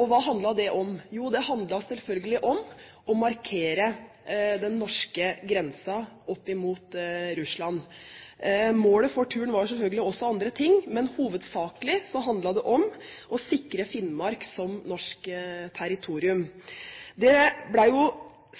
Og hva handlet det om? Jo, det handlet selvfølgelig om å markere den norske grensen mot Russland. Målet for turen var selvfølgelig også andre ting, men hovedsakelig handlet det om å sikre Finnmark som norsk territorium. Det ble